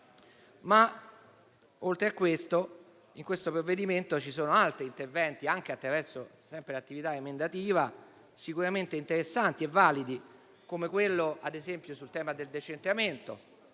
Oltre a ciò, in questo provvedimento ci sono altri interventi, anche attraverso l'attività emendativa, sicuramente interessanti e validi, come ad esempio quello sul tema del decentramento